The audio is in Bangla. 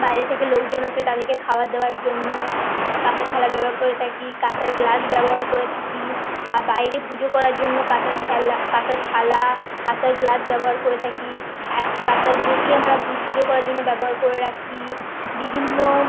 বাইরে থেকে লোকজন আসে তাদেরকে খাবার দেওয়ার জন্য কাঁসার থালা ব্যবহার করে থাকি কাঁসার গ্লাস ব্যবহার করে থাকি বাইরে পুজো করার জন্য কাঁসার থালা কাঁসার থালা কাঁসার গ্লাস ব্যবহার করে থাকি এক কাঁসার ঘটি আমরা পুজো করার জন্য ব্যবহার করে রাখি বিভিন্ন